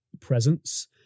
presence